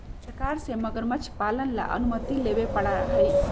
सरकार से मगरमच्छ पालन ला अनुमति लेवे पडड़ा हई